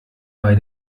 bei